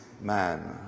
man